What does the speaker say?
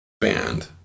band